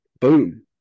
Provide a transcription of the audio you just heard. Boom